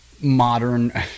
modern